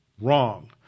Wrong